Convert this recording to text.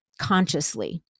consciously